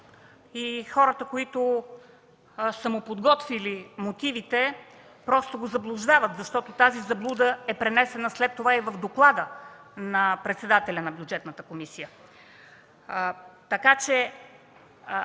Хората, които са му подготвили мотивите, просто го заблуждават, защото тази заблуда е пренесена след това и в доклада на председателя на Бюджетната комисия.